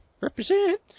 Represent